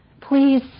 please